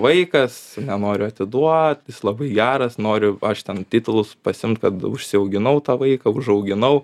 vaikas nenoriu atiduot jis labai geras noriu aš ten titulus pasiimt kad užsiauginau tą vaiką užauginau